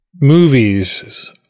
movies